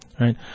right